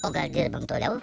o gal dirbam toliau